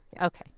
Okay